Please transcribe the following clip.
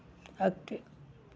अॻिते